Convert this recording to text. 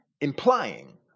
implying